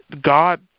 God